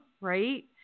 right